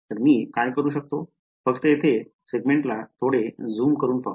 तर मी काय करू शकतो फक्त येथे सेगमेंटला थोडे झूम करून पाहू